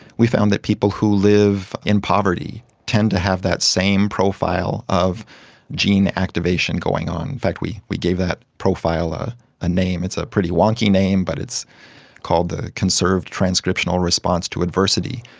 we found that people who live in poverty tend to have that same profile of gene activation going on. we we gave that profile a ah name, it's a pretty wonky name but it's called the conserved transcriptional response to adversity.